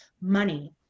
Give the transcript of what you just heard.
money